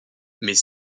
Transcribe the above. mais